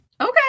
Okay